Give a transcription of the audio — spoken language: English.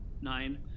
nine